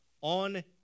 On